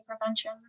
prevention